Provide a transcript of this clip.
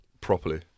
properly